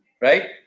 Right